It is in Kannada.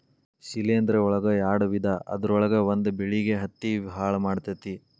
ಶಿಲೇಂಧ್ರ ಒಳಗ ಯಾಡ ವಿಧಾ ಅದರೊಳಗ ಒಂದ ಬೆಳಿಗೆ ಹತ್ತಿ ಹಾಳ ಮಾಡತತಿ